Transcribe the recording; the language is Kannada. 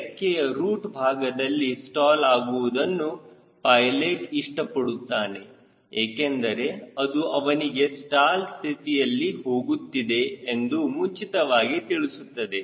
ರೆಕ್ಕೆಯ ರೂಟ್ ಭಾಗದಲ್ಲಿ ಸ್ಟಾಲ್ ಆಗುವುದನ್ನು ಪೈಲೆಟ್ ಇಷ್ಟಪಡುತ್ತಾನೆ ಏಕೆಂದರೆ ಅದು ಅವನಿಗೆ ಸ್ಟಾಲ್ ಸ್ಥಿತಿಯಲ್ಲಿ ಹೋಗುತ್ತಿದೆ ಎಂದು ಮುಂಚಿತವಾಗಿ ತಿಳಿಸುತ್ತದೆ